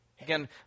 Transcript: Again